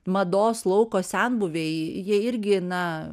mados lauko senbuviai jie irgi na